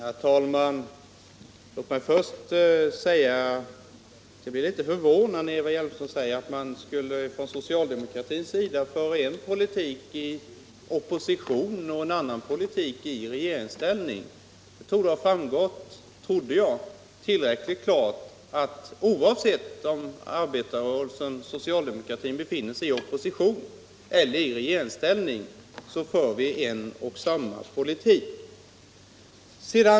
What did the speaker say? Herr talman! Låt mig först säga att jag blir litet förvånad när Eva Hjelmström säger att man från socialdemokratins sida skulle föra en politik i opposition och en annan politik i regeringsställning. Jag trodde det hade framgått tillräckligt klart att oavsett om socialdemokratin befinner sig i opposition eller i regeringsställning så för vi en och samma politik.